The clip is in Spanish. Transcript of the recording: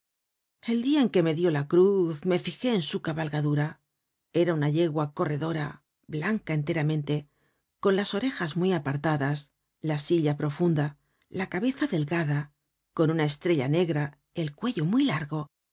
el dia en que me dió la cruz me fijé en su cabalgadura era una yegua corredora blanca enteramente con las orejas muy apartadas la silla profunda la cabeza delgada con una estrella negra el cuello muy largo